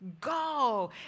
Go